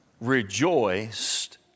rejoiced